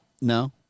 No